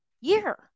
year